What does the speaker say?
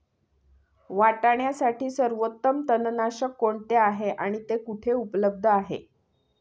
वाटाण्यासाठी सर्वोत्तम तणनाशक कोणते आहे आणि ते कुठे उपलब्ध आहे?